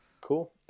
cool